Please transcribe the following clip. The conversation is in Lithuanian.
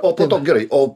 o po to gerai o